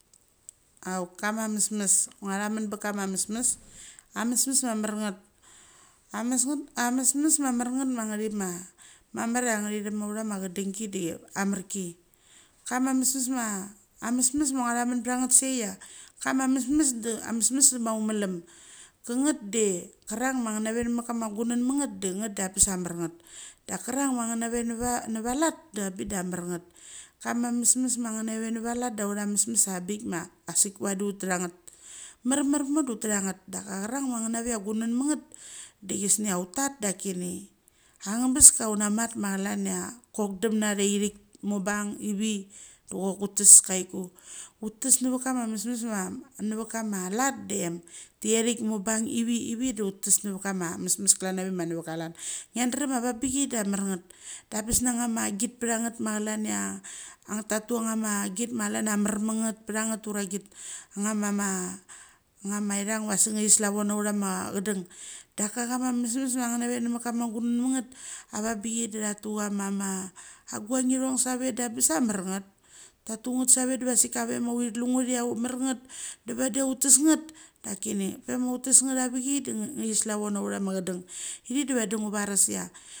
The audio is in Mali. Auk kama mesmes, ngua thamen bak kama mesmes, amesmes mamar ngat amesmes mamar ngat ma nge chi ma mamar chia nge chi chap autha chedengi de amarki. Kama mesmes ma amesmes ma ngua thamon bacha ngat se chia, kama mesmes de amesmes maumelam cha ngat de che rang ma nge nave namat kama gunanmangat de ngat da ngebes sia amer ngat. Dak kerang ma nge nave kama aat da abik da mer ngat. Kama ma mesmes ma nge nave va loat de autha mesmes abik ma asik vadi utecha ngst. Marmar moa de utecha ngat, dacha krang ma nge nave chia gunanmengat de chisnia ut tat dak chini angebes sia u namat ma klan chia chocl damna thichik, mubang ive de chok utes choiku, utes nevet kama mesmes ma nevet kama lat de teathik, mubang ive, ive de utes nave kama mesmes klan nave ma nave ka lat. Ngia derem chia avangbichai da mar ngat, da ngebes na nga ma git oatha ngat ma klan chia tha tu anga magit ma klan chia marme ngat pacha ngat ura git. Anga ma thang ma sik nge chi slavo na autha ma chedang daka koma mesmes ma nge nave nge met kama guananma ngat avabichai da cha tu kama ma aguang ngi thong save de ngebes sia mar ngat. Ta tu ngat save diva sik kave ma uth tlu ngat thia a mar nget diva vadi chia u tes ngat dak chini pe ma u tes ngat avichai de ngi chi slavo na autha ma chedang. Ithik de vadi ngu vaves sia.